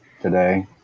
today